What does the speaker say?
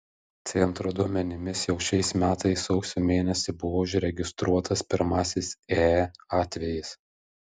centro duomenimis jau šiais metais sausio mėnesį buvo užregistruotas pirmasis ee atvejis